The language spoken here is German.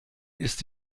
ist